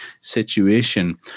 situation